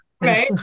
right